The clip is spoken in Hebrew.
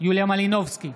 יוליה מלינובסקי,